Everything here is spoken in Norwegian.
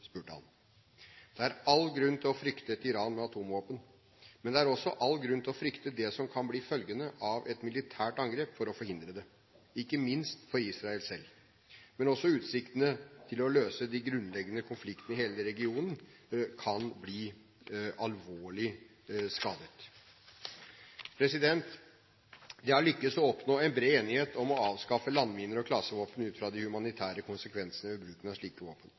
spurte han. Det er all grunn til å frykte et Iran med atomvåpen. Men det er også all grunn til å frykte det som kan bli følgene av et militært angrep for å forhindre det, ikke minst for Israel selv. Men også utsiktene til å løse de grunnleggende konfliktene i hele regionen kan bli alvorlig skadet. Det har lyktes å oppnå en bred enighet om å avskaffe landminer og klasevåpen ut fra de humanitære konsekvensene ved bruken av slike våpen.